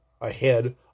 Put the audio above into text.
ahead